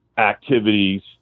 activities